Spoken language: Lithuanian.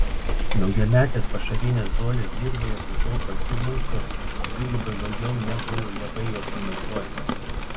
daugiametės pašarinės žolės dirvoje sukaupia humuso dvigubai daugiau negu javai jo sunaudoja